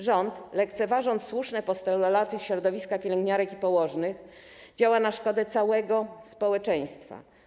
Rząd, lekceważąc słuszne postulaty środowiska pielęgniarek i położnych, działa na szkodę całego społeczeństwa.